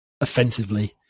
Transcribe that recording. offensively